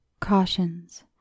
cautions